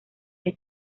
que